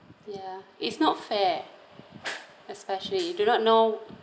ya it's not fair especially you do not know